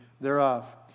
thereof